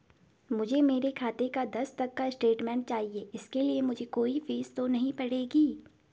मुझे मेरे खाते का दस तक का स्टेटमेंट चाहिए इसके लिए मुझे कोई फीस तो नहीं पड़ेगी?